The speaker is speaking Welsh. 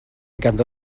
ganddo